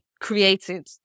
created